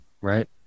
right